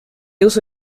also